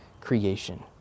creation